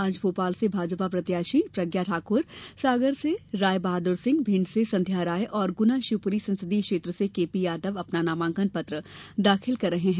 आज भोपाल से भाजपा प्रत्याशी प्रज्ञा सिंह ठाक्र सागर से राय बहाद्र सिंह भिण्ड से संध्या राय और गुना शिवपुरी संसदीय क्षेत्र से केपी यादव अपना नामांकन पत्र दाखिल कर रहे हैं